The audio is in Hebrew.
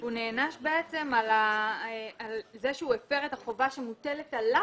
הוא נעניש בעצם על זה שהוא הפר את החובה לפקח